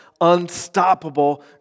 Unstoppable